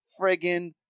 friggin